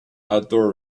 outdoor